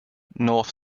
north